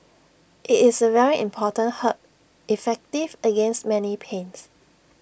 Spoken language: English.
IT is A very important herb effective against many pains